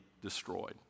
destroyed